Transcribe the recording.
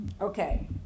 Okay